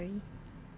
okay I'm sorry